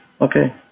Okay